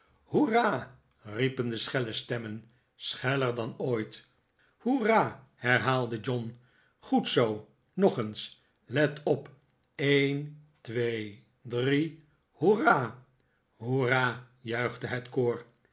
hoera riepen de schelle stemmen scheller dan ooit hoera herhaalde john goed zoo nog eens let op een twee drie hoera hoera juichte het koor